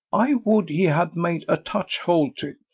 i would he had made a touch-hole to